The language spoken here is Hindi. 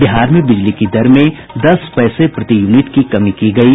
और बिहार में बिजली की दर में दस पैसे प्रति यूनिट की कमी की गयी